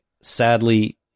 sadly